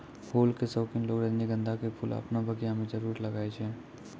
फूल के शौकिन लोगॅ रजनीगंधा के फूल आपनो बगिया मॅ जरूर लगाय छै